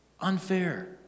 Unfair